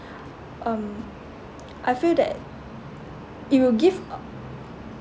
um I feel that it will give uh